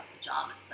pajamas